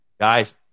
Guys